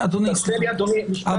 תרשה לי, אדוני, משפט בהקשר הזה.